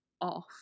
off